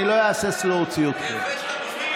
אני לא אהסס להוציא אתכם.